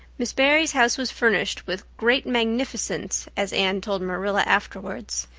miss barry's house was furnished with great magnificence, as anne told marilla afterward.